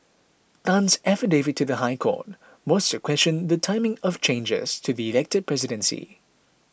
Tan's affidavit to the High Court was to question the timing of changes to the elected presidency